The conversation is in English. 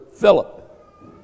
Philip